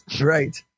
Right